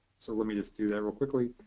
so let me just do that real quickly.